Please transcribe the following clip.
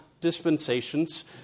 dispensations